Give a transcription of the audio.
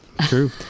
true